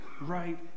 right